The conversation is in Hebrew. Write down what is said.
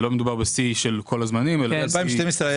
לא מדובר בשיא של כל הזמנים אלא שיא זמני.